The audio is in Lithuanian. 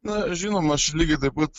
na žinoma aš lygiai taip pat